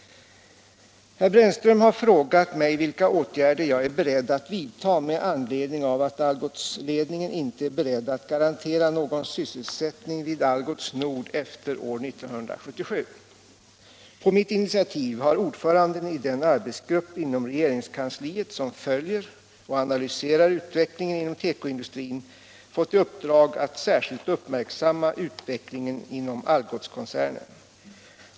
Herr Brännström har frågat vilka åtgärder jag är beredd att vidta med anledning av att Algotsledningen inte är beredd att garantera någon sysselsättning efter år 1977. På mitt initiativ har ordföranden i den arbetsgrupp inom regeringskansliet som följer och analyserar utvecklingen inom tekoindustrin fått i uppdrag att särskilt uppmärksamma utvecklingen inom Algotskoncernen.